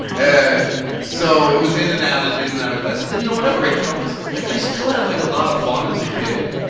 ah so it was in and out and in and out of classes. and you know whenever i tell this, like i still had, like, a lot of fun as a kid,